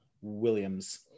Williams